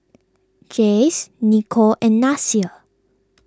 Jase Niko and Nasir